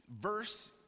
verse